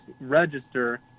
register